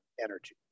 energy